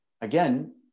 again